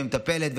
ומטפלת.